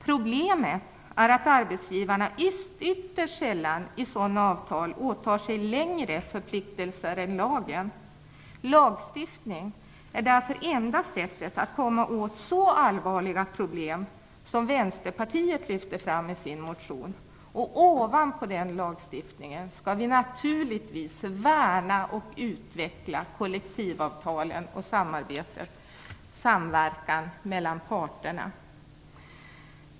Problemet är att arbetsgivarna ytterst sällan i sådana avtal åtar sig förpliktelser som går längre än vad lagen anger. Lagstiftning är därför enda sättet att komma åt de allvarliga problem Vänsterpartiet lyfter fram i sin motion. Ovanpå denna lagstiftning skall vi naturligtvis värna och utveckla kollektivavtalen och samarbete, samverkan, mellan parterna.